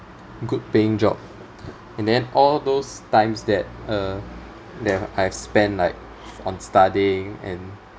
good paying job and then all those times that uh that I spent like on studying and